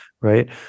Right